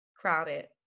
Crowded